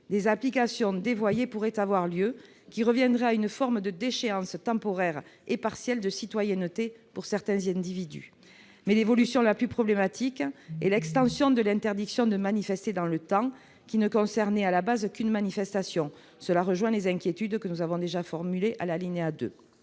des applications dévoyées pourraient intervenir, qui reviendraient à une forme de déchéance temporaire et partielle de citoyenneté pour certains individus. Néanmoins, l'évolution la plus problématique est l'extension de l'interdiction de manifester dans le temps, qui ne concernait à l'origine qu'une manifestation. Cela rejoint les inquiétudes que nous avons déjà formulées à propos de